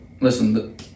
listen